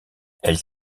elle